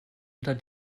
unter